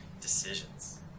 Decisions